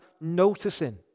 noticing